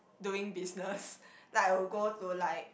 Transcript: during business like I would go to like